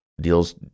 deals